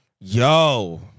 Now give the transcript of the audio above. Yo